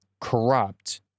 corrupt